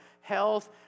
health